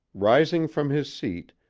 rising from his seat,